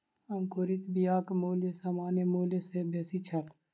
अंकुरित बियाक मूल्य सामान्य मूल्य सॅ बेसी छल